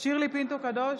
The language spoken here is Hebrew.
שירלי פינטו קדוש,